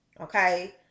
okay